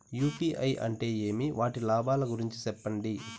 UPI అంటే ఏమి? వాటి లాభాల గురించి సెప్పండి?